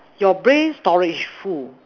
your brain storage full